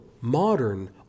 modern